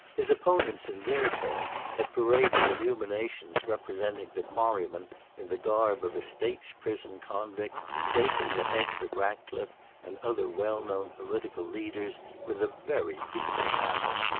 his opponents in their turn had paraded illuminations representing the quarryman in the garb of a state's-prison convict breaking the heads of ratcliffe and other well-known political leaders with a very feeble hammer,